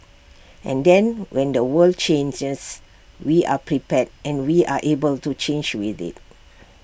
and then when the world changes we are prepared and we are able to change with IT